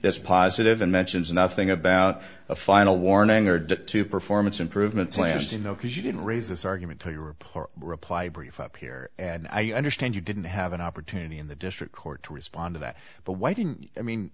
that's positive and mentions nothing about a final warning or due to performance improvement plans to know because you didn't raise this argument to your report reply brief up here and i understand you didn't have an opportunity in the district court to respond to that but why didn't you i mean